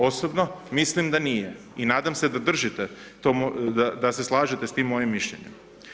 Osobno mislim da nije i nadam se da držite, da se slažete sa tim mojim mišljenjem.